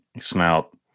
snout